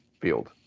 field